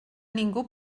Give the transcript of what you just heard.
ningú